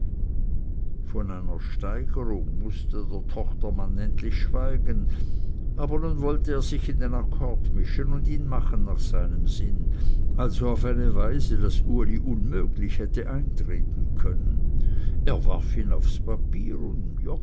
von einer steigerung mußte der tochtermann endlich schweigen aber nun wollte er sich in den akkord mischen und ihn machen nach seinem sinn also auf eine weise daß uli unmöglich hätte eintreten können er warf ihn aufs papier und